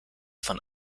von